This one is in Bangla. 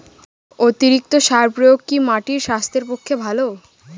অতিরিক্ত সার প্রয়োগ কি মাটির স্বাস্থ্যের পক্ষে ভালো?